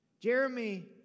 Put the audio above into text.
Jeremy